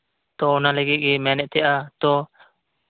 ᱛᱳ ᱚᱱᱟ ᱞᱟᱹᱜᱤᱫ ᱜᱮ ᱢᱮᱱᱮᱫ ᱛᱟᱸᱦᱮᱟᱫᱼᱟ ᱛᱳ